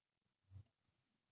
oh ya ya ya